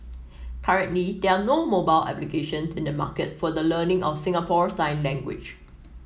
currently there are no mobile applications in the market for the learning of Singapore sign language